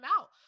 out